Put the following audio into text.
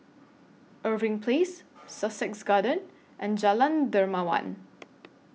Irving Place Sussex Garden and Jalan Dermawan